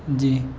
جی